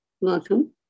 Welcome